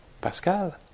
Pascal